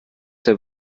der